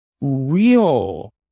real